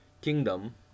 Kingdom